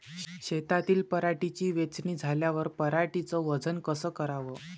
शेतातील पराटीची वेचनी झाल्यावर पराटीचं वजन कस कराव?